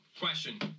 question